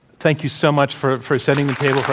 thank you so much for for setting